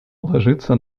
ложится